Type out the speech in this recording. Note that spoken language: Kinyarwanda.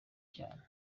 cyane